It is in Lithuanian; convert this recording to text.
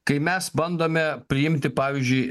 kai mes bandome priimti pavyzdžiui